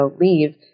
leave